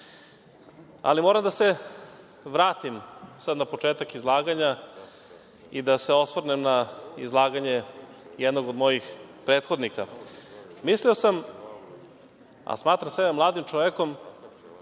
moram da se vratim sad na početak izlaganja i da se osvrnem na izlaganje jednog od mojih prethodnika. Mislio sam, a smatram sebe mladim čovekom